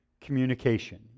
communication